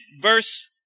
verse